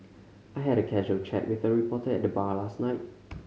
I had a casual chat with a reporter at the bar last night